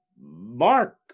mark